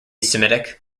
semitic